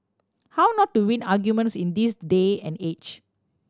how not to win arguments in this day and age